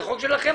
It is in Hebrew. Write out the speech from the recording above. זה חוק שלכם.